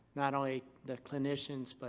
not only the clinicians, but